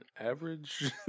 average